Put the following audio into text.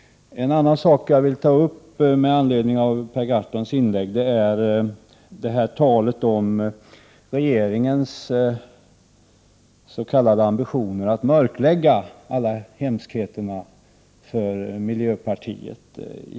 En annan sak som jag vill ta upp med anledning av Per Gahrtons inlägg är talet om regeringens s.k. ambitioner att mörklägga alla hemskheterna för miljöpartiet.